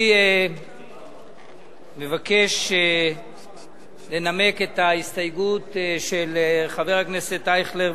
אני מבקש לנמק את ההסתייגות של חבר הכנסת אייכלר,